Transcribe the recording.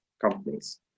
companies